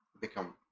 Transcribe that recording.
become